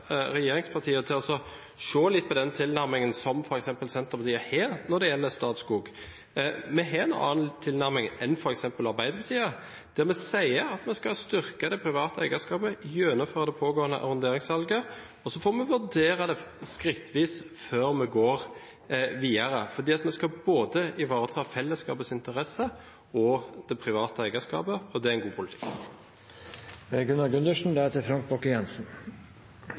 til å se litt på den tilnærmingen som f.eks. Senterpartiet har når det gjelder Statskog. Vi har en annen tilnærming enn f.eks. Arbeiderpartiet. Vi sier at vi skal styrke det private eierskapet, gjennomføre det pågående arronderingssalget, og så får vi vurdere det skrittvis før vi går videre, for vi skal ivareta både fellesskapets interesser og det private eierskapet – for det er en god politikk.